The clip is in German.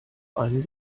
einen